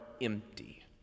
empty